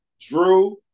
Drew